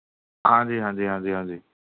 ਹਾਂਜੀ ਹਾਂਜੀ ਹਾਂਜੀ ਹਾਂਜੀ